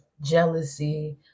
jealousy